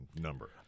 number